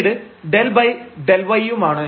പിന്നീട് ∂∂y യുമാണ്